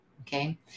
Okay